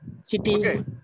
city